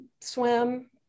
swim